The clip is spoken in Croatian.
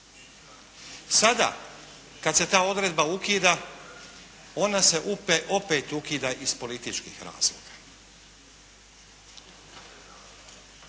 Sada kad se ta odredba ukida ona se opet ukida iz političkih razloga.